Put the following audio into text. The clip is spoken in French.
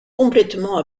complètement